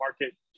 market